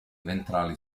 ventrali